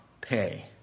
pay